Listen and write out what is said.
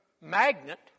magnet